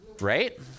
Right